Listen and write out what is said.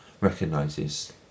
recognises